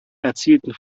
erzielten